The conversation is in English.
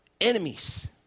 enemies